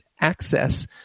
access